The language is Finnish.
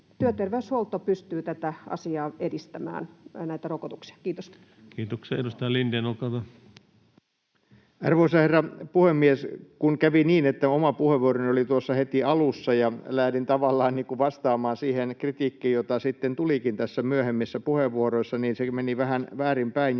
työterveyshuolto pystyy näitä rokotuksia edistämään. — Kiitos. Kiitoksia. — Edustaja Lindén, olkaa hyvä. Arvoisa herra puhemies! Kun kävi niin, että oma puheenvuoroni oli tuossa heti alussa ja lähdin tavallaan niin kuin vastaamaan siihen kritiikkiin, jota sitten tulikin myöhemmissä puheenvuoroissa, niin se meni vähän väärinpäin.